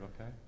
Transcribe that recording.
Okay